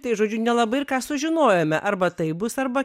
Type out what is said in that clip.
tai žodžiu nelabai ir ką sužinojome arba taip bus arba